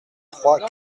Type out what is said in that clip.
trois